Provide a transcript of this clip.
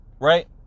Right